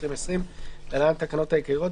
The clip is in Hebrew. התש"ף-2020 (להלן-התקנות העיקריות),